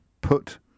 put